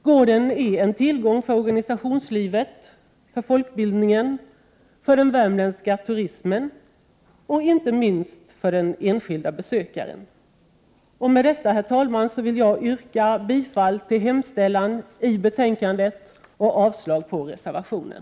Gården är en tillgång för organisationslivet, för folkbildningen, för den värmländska turismen och inte minst för den enskilde besökaren. Med detta, herr talman, vill jag yrka bifall till hemställan i betänkandet och avslag på reservationen.